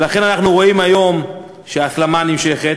לכן אנחנו רואים היום שההסלמה נמשכת,